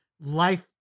life